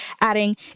Adding